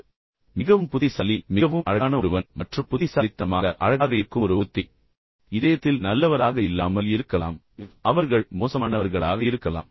மிகவும் புத்திசாலி மிகவும் அழகான மற்றும் மிகவும் கவர்ச்சிகரமான ஒருவன் மற்றும் புத்திசாலித்தனமாக அழகாக இருக்கும் ஒரு ஒருத்தி இதயத்தில் உண்மையில் நல்லவராக இல்லாமல் இருக்கலாம் அவர்கள் மிகவும் மோசமானவர்களாக இருக்கலாம்